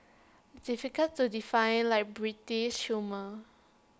difficult to define like British humour